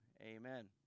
Amen